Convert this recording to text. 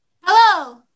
Hello